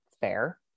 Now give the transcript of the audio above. Fair